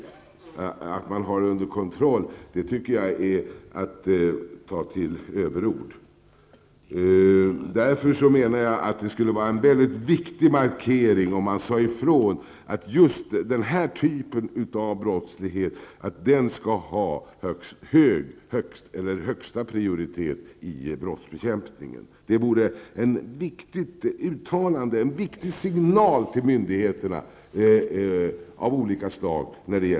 Att säga att man har situationen under kontroll tycker jag är att ta till överord. Därför menar jag att det skulle vara en väldigt viktig markering om man sade ifrån att just den typen av brottslighet skall ha högsta prioritet i brottsbekämpningen. Det vore en viktig signal till myndigheter av olika slag.